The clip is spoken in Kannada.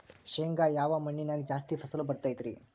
ಶೇಂಗಾ ಯಾವ ಮಣ್ಣಿನ್ಯಾಗ ಜಾಸ್ತಿ ಫಸಲು ಬರತೈತ್ರಿ?